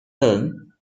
film